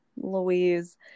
louise